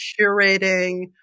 curating